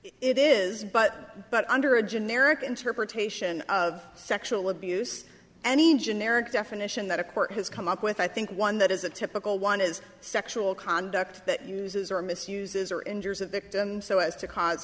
it is but but under a generic interpretation of sexual abuse any generic definition that a court has come up with i think one that is a typical one is sexual conduct that uses or misuses or injures a victim so as to cause